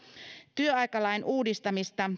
työaikalain uudistamista